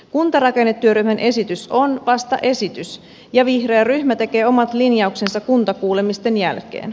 kuntarakennetyöryhmän esitys on vasta esitys ja vihreä ryhmä tekee omat linjauksensa kuntakuulemisten jälkeen